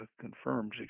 confirms